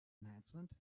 enhancement